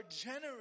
generous